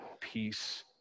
peace